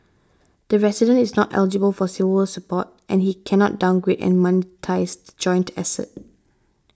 the resident is not eligible for Silver Support and he cannot downgrade and monetise the joint asset